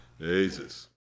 Jesus